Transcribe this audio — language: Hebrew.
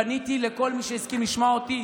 פניתי לכל מי שהסכים לשמוע אותי.